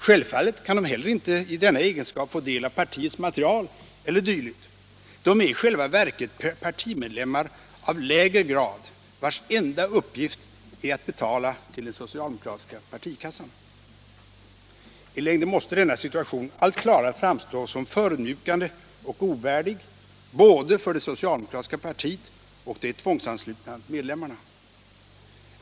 Självfallet kan de heller inte i denna egenskap få del av partiets material o. d. De är i själva verket partimedlemmar av lägre grad, vars enda uppgift är att betala till den socialdemokratiska partikassan. I längden måste denna situation allt klarare framstå som förödmjukande och ovärdig för både det socialdemokratiska partiet och de tvångsanslutna medlemmarna.